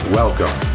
welcome